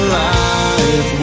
life